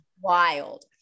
wild